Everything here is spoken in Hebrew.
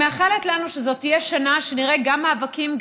אני מאחלת לנו שזאת תהיה שנה שנראה בה גם מאבקים,